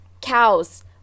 Cows